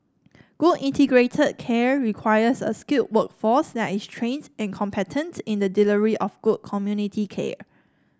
good integrated care requires a skilled workforce that is trains and competent in the delivery of good community care